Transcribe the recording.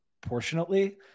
proportionately